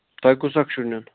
تۄہہِ کُس اَکھ چھُو نیُن